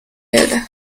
ele